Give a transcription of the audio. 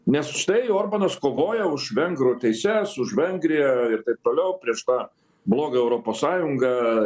nes štai orbanas kovoja už vengrų teises už vengriją ir taip toliau prieš tą blogio europos sąjungą